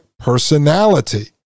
personality